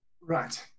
Right